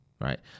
right